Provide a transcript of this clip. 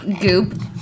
Goop